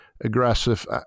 aggressive